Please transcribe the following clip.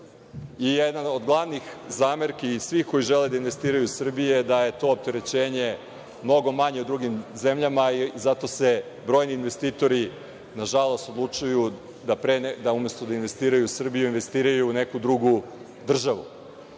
Jedna od glavnih zamerki svih koji žele da investiraju u Srbiji jeste da je to opterećenje mnogo manje u drugim zemljama i zato se brojni investitori, nažalost, odlučuju da umesto da investiraju u Srbiji, investiraju u neku drugu državu.